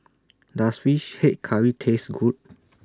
Does Fish Head Curry Taste Good